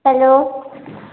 hello